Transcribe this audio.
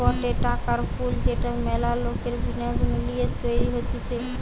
গটে টাকার পুল যেটা মেলা লোকের বিনিয়োগ মিলিয়ে তৈরী হতিছে